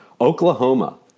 Oklahoma